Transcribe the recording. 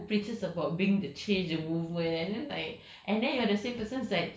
ya and you are the one who preaches about being the change the movement and then like